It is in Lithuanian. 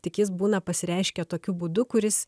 tik jis būna pasireiškia tokiu būdu kuris